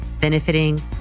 benefiting